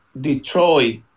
Detroit